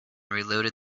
reloaded